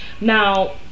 Now